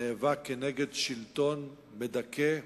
נאבק כנגד שלטון מדכא,